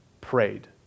prayed